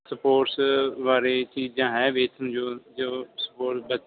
sports ਬਾਰੇ ਚੀਜ਼ਾਂ ਹੈ ਵੇਖਣ ਯੋਗ